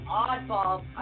oddball